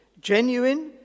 genuine